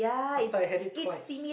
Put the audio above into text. after I had it twice